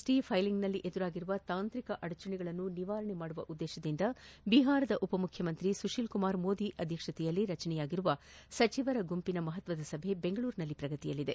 T ಫೈಲಿಂಗ್ನಲ್ಲಿ ಎದುರಾಗಿರುವ ತಾಂತಿಕ ಅಡಚಣೆಗಳನ್ನು ನಿವಾರಣೆ ಮಾಡುವ ಉದ್ದೇಶದಿಂದ ಬಿಹಾರದ ಉಪ ಮುಖ್ಯಮಂತ್ರಿ ಸುತೀಲ್ ಮೋದಿ ಅಧ್ಯಕ್ಷತೆಯಲ್ಲಿ ರಚನೆಯಾಗಿರುವ ಸಚಿವರ ಗುಂಪಿನ ಮಹತ್ವದ ಸಭೆ ಬೆಂಗಳೂರಿನಲ್ಲಿ ಪ್ರಗತಿಯಲ್ಲಿದೆ